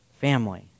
family